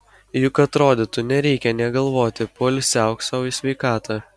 juk atrodytų nereikia nė galvoti poilsiauk sau į sveikatą